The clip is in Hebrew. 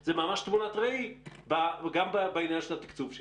זה ממש תמונת ראי גם בעניין של התקצוב שלה.